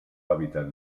hàbitat